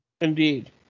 Indeed